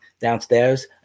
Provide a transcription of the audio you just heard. downstairs